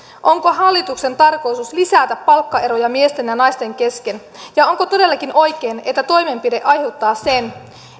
onko hallituksen tarkoitus lisätä palkkaeroja miesten ja naisten kesken ja onko todellakin oikein että toimenpide aiheuttaa sen